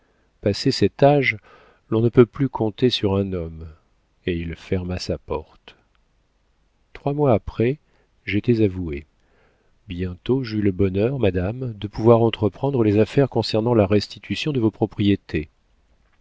cet âge on ne peut plus compter sur un homme et il ferma sa porte trois mois après j'étais avoué bientôt j'eus le bonheur madame de pouvoir entreprendre les affaires concernant la restitution de vos propriétés